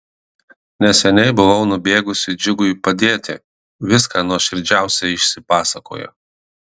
neseniai buvau nubėgusi džiugui padėti viską nuoširdžiausiai išsipasakojo